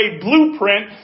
blueprint